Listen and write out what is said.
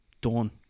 done